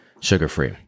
sugar-free